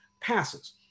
passes